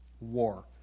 war